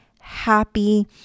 happy